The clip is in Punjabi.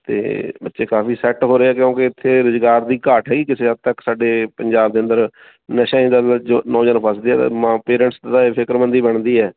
ਅਤੇ ਬੱਚੇ ਕਾਫੀ ਸੈੱਟ ਹੋ ਰਹੇ ਆ ਕਿਉਂਕਿ ਇੱਥੇ ਰੁਜ਼ਗਾਰ ਦੀ ਘਾਟ ਹੈਗੀ ਕਿਸੇ ਹੱਦ ਤੱਕ ਸਾਡੇ ਪੰਜਾਬ ਦੇ ਅੰਦਰ ਨਸ਼ਿਆਂ ਦੀ ਦਲਦਲ 'ਚ ਨੌਜਵਾਨ ਫਸਦੇ ਅਤੇ ਮਾ ਪੇਰੈਂਟਸ ਦਾ ਇਹ ਫਿਕਰਮੰਦੀ ਬਣਦੀ ਹੈ